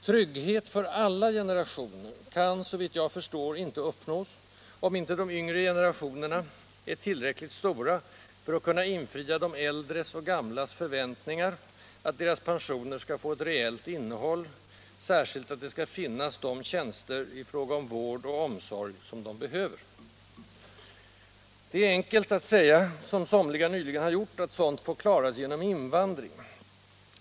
”Tryggheten för alla generationer” kan, såvitt jag förstår, inte uppnås om inte de yngre generationerna är tillräckligt stora för att kunna infria de äldres och gamlas förväntningar att deras pensioner skall få ett reellt innehåll, särskilt då att det skall finnas de tjänster i fråga om vård och omsorg som de behöver. Det är enkelt att säga — som somliga nyligen har gjort — att sådant får klaras genom invandring.